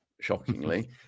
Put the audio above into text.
shockingly